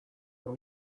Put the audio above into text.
dans